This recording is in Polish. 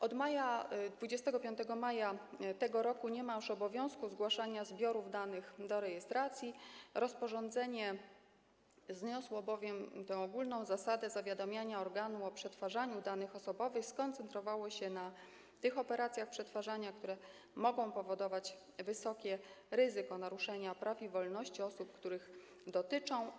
Od 25 maja tego roku nie ma już obowiązku zgłaszania zbiorów danych do rejestracji, rozporządzenie zniosło bowiem ogólną zasadę zawiadamiania organu o przetwarzaniu danych osobowych i koncentruje się na operacjach przetwarzania, które mogą powodować wysokie ryzyko naruszenia praw i wolności osób, których dotyczą.